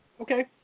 Okay